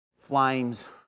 Flames